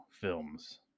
films